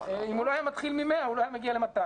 אם הוא לא היה מתחיל מ-100 הוא לא היה מגיע ל-200.